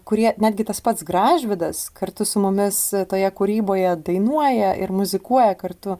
kurie netgi tas pats gražvydas kartu su mumis toje kūryboje dainuoja ir muzikuoja kartu